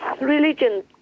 religion